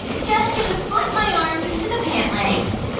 just gonna slip my arms into the pant legs